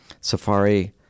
safari